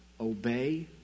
obey